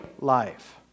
life